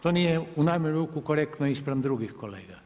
To nije u najmanju ruku korektno i spram drugih kolega.